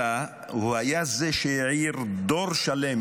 אלא הוא היה זה שהעיר דור שלם,